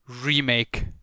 remake